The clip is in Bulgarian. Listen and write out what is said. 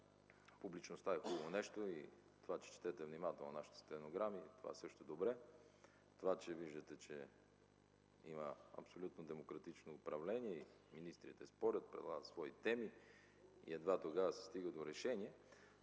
публичността е хубаво нещо. Това, че четете внимателно нашите стенограми, също е добре. Виждате, че има абсолютно демократично управление и министрите спорят, предлагат свои теми и едва тогава се стига до решение,